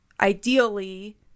ideally